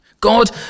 God